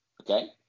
okay